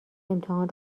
امتحان